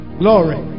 glory